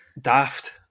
daft